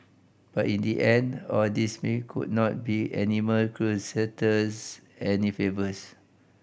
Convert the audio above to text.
but in the end all this may could not be animal crusaders any favours